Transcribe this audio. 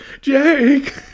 Jake